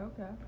okay